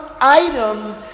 item